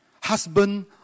husband